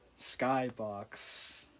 Skybox